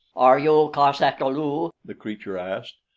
are you cos-ata-lu? the creature asked.